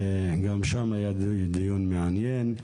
גם שם היה דיון מעניין.